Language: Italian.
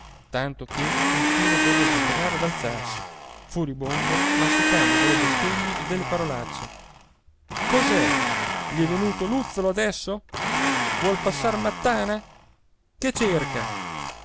tanto che infine dovette tornare ad alzarsi furibondo masticando delle bestemmie e delle parolacce cos'è gli è venuto l'uzzolo adesso vuol passar mattana che cerca